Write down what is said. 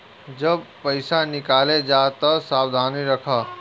जब पईसा निकाले जा तअ सावधानी रखअ